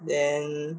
then